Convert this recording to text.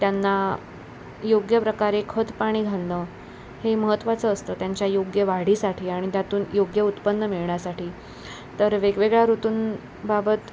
त्यांना योग्य प्रकारे खत पाणी घालणं हे महत्वाचं असतं त्यांच्या योग्य वाढीसाठी आणि त्यातून योग्य उत्पन्न मिळण्यासाठी तर वेगवेगळ्या ऋतूंबाबत